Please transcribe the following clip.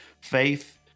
faith